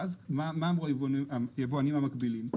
ואז מה אמרו היבואנים המקבילים?